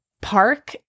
park